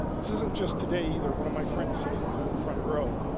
this isn't just today either. one of my friends sitting here on the front row,